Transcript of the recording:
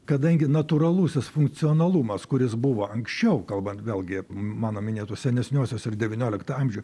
kadangi natūralusis funkcionalumas kuris buvo anksčiau kalbant vėlgi mano minėtose senesniosios ir devynioliktą amžių